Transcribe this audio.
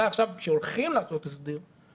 כשהולכים לעשות הסדר,